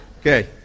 Okay